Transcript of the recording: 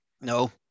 no